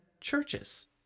churches